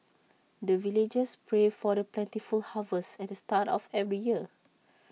the villagers pray for the plentiful harvest at the start of every year